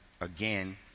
again